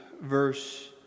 verse